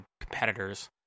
competitors